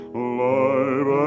alive